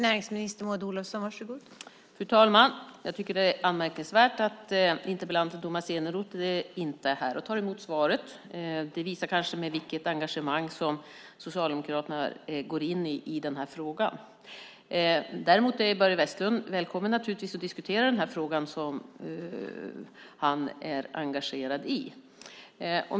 Fru talman! Jag tycker att det är anmärkningsvärt att interpellanten Tomas Eneroth inte är här och tar emot svaret. Det visar kanske med vilket engagemang Socialdemokraterna går in i den här frågan. Däremot är naturligtvis Börje Vestlund välkommen att diskutera den här frågan som han är engagerad i.